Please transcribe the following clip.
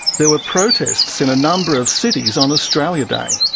there were protests in a number of cities on australia day.